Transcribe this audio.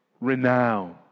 renowned